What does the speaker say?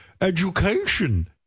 education